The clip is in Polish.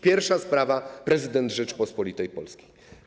Pierwsza sprawa - prezydent Rzeczypospolitej Polskiej.